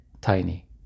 tiny